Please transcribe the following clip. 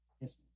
Yes